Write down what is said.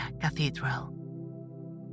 Cathedral